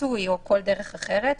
פיצוי או כל דרך אחרת.